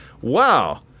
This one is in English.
Wow